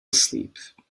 asleep